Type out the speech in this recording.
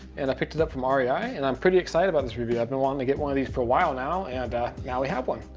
and i picked it up from ah rei, and i'm pretty excited about this review. i've been wanting to get one of these for a while now, and now we have one.